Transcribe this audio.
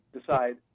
decide